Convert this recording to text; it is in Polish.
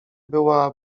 była